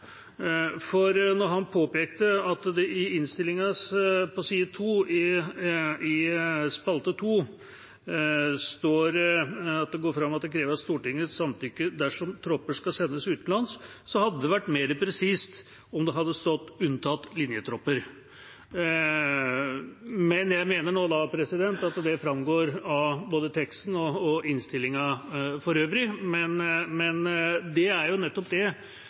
For da han påpekte at det i innstillinga på side 2, i spalte 2, går fram at det krever Stortingets samtykke dersom tropper skal sendes utenlands, hadde det vært mer presist om det sto «unntatt linjetropper». Men jeg mener at det framgår av både teksten og innstillinga for øvrig. Det er likevel det som er det viktige prinsippet. Det